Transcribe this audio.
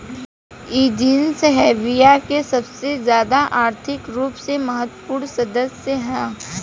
इ genus Hevea के सबसे ज्यादा आर्थिक रूप से महत्वपूर्ण सदस्य ह